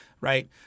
Right